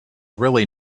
really